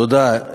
תודה,